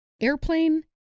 Airplane